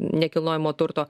nekilnojamo turto